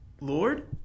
Lord